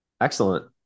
excellent